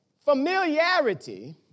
Familiarity